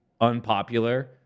unpopular